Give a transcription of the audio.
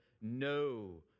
no